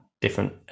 different